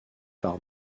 par